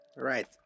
Right